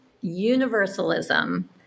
universalism